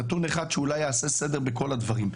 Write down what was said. נתון אחד שאולי יעשה סדר בכל הדברים.